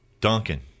Duncan